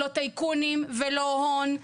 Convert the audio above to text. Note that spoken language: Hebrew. לא טייקונים ולא הון,